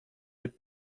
leave